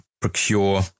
procure